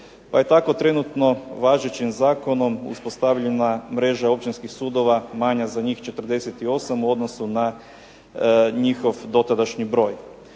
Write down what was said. Pa je tako trenutno važećim zakonom uspostavljena mreža općinskih sudova manja za njih 48 u odnosu na njihov dotadašnji broj.